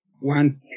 one